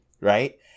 right